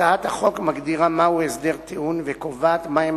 הצעת החוק מגדירה מהו הסדר טיעון וקובעת מהן